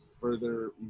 further